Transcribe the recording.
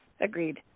Agreed